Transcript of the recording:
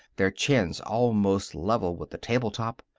their chins almost level with the table top,